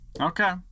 Okay